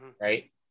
right